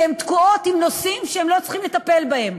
כי הן תקועות עם נושאים שהן לא צריכות לטפל בהם.